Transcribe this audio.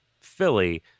philly